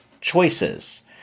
choices